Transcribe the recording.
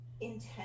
intense